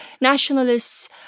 nationalists